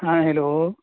ہاں ہیلو